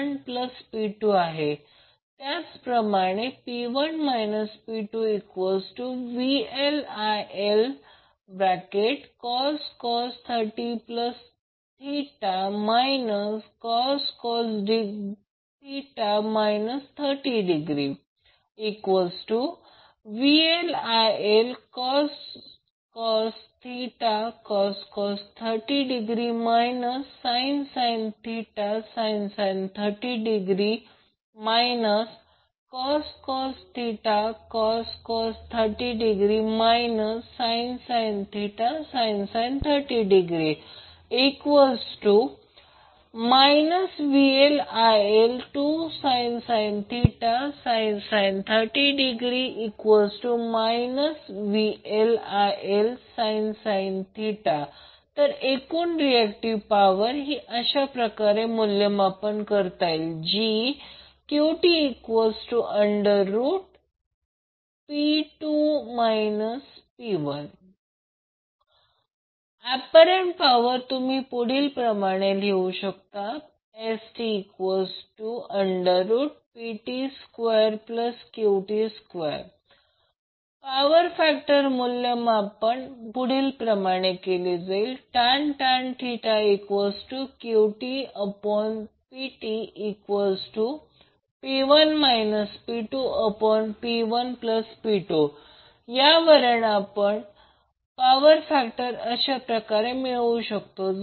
PTP1P2 त्याचप्रमाणे P1 P2VLILcos 30° cos 30° VL IL cos cos 30° sin sin 30° cos cos 30° sin sin 30° VL IL 2sin sin 30° VLILsin तर एकूण reactive power ही अशाप्रकारे मूल्यमापन करता येईल QT3 अपरेंट पॉवर तुम्ही लिहू शकता STPT2QT2 पॉवर फॅक्टर मूल्यमापन असे केला जाईल tan QTPTP2 P1P1P2 यावरून आपण पॉवर फॅक्टर अशा प्रकारे मिळू शकतो